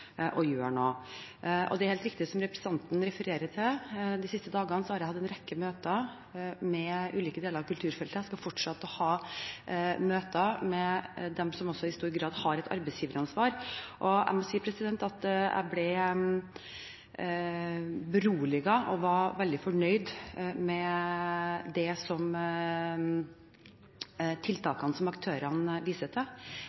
noe. Det er helt riktig som representanten refererer til. De siste dagene har jeg hatt en rekke møter med ulike deler av kulturfeltet. Jeg skal fortsette med å ha møter med dem som også i stor grad har et arbeidsgiveransvar. Jeg må si at jeg ble beroliget og var veldig fornøyd med tiltakene som aktørene viser til. En ting er rapportering og lavterskel for ansatte og frilansere til